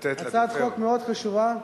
הצעת חוק מאוד חשובה,